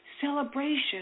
celebration